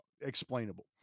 explainable